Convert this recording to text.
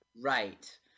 Right